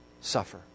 Suffer